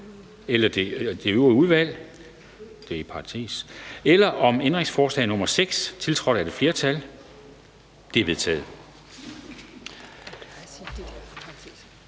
eller om ændringsforslag nr. 6, tiltrådt af et flertal? De er vedtaget.